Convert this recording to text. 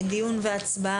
תאריך.